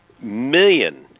million